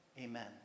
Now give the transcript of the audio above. Amen